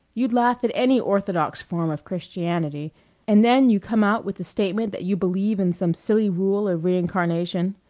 you'd laugh at any orthodox form of christianity and then you come out with the statement that you believe in some silly rule of reincarnation.